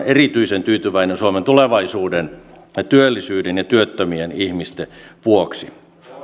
erityisen tyytyväinen suomen tulevaisuuden työllisyyden ja työttömien ihmisten vuoksi